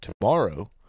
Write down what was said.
tomorrow